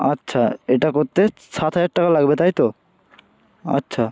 আচ্ছা এটা করতে সাত হাজার টাকা লাগবে তাই তো আচ্ছা